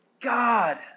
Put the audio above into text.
God